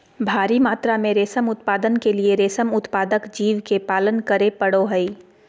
भारी मात्रा में रेशम उत्पादन के लिए रेशम उत्पादक जीव के पालन करे पड़ो हइ